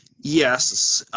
yes.